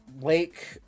lake